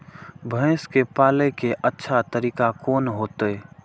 भैंस के पाले के अच्छा तरीका कोन होते?